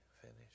finish